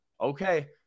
okay